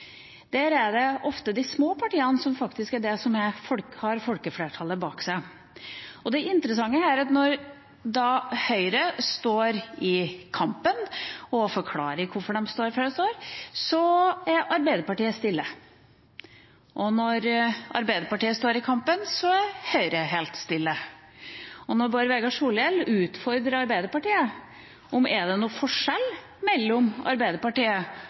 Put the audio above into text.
Der er det ofte de små partiene som faktisk har folkeflertallet bak seg. Det interessante her er at når Høyre står i kampen og forklarer hvorfor de står for det de står for, så er Arbeiderpartiet stille. Og når Arbeiderpartiet står i kampen, så er Høyre helt stille. Og når Bård Vegar Solhjell utfordrer Arbeiderpartiet på om det er noen forskjell mellom Arbeiderpartiet